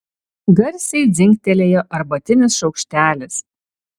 garsiai dzingtelėjo arbatinis šaukštelis